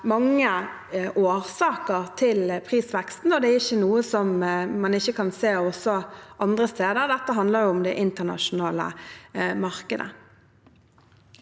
ord mange årsaker til prisveksten, og dette er ikke noe man ikke kan se også andre steder. Dette handler om det internasjonale markedet.